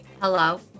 Hello